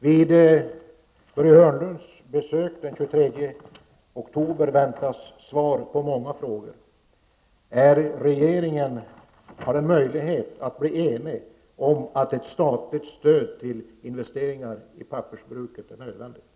Vid Börje Hörnlunds besök den 23 oktober förväntar man sig svar på många frågor. Har regeringen möjlighet att bli enig om att ett statligt stöd till investeringar i pappersbruket är nödvändigt?